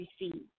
receive